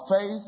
faith